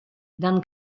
dann